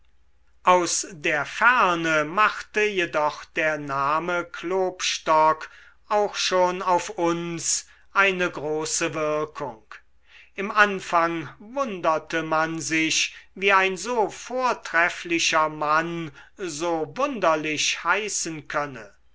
aus der ferne machte jedoch der name klopstock auch schon auf uns eine große wirkung im anfang wunderte man sich wie ein so vortrefflicher mann so wunderlich heißen könne